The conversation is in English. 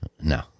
No